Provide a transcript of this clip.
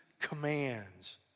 commands